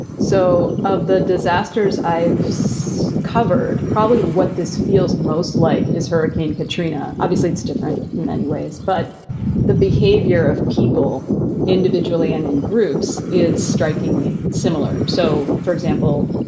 so of the disasters i've seen covered, probably what this feels most like is hurricane katrina obviously it's different in many ways, but the behavior of people individually and in groups is strikingly similar. so, for example,